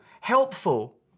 helpful